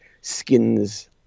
skins